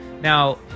Now